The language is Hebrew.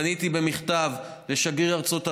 פניתי במכתב לשגריר ארצות הברית,